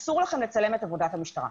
אסור לכם לצלם את עבודת המשטרה.